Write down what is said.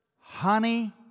honey